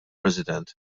president